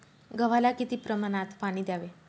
गव्हाला किती प्रमाणात पाणी द्यावे?